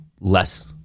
less